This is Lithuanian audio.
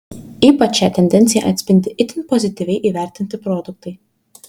ypač šią tendenciją atspindi itin pozityviai įvertinti produktai